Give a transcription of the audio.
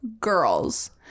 girls